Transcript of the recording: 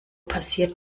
passiert